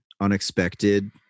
unexpected